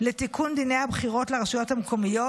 לתיקון דיני הבחירות לרשויות המקומיות,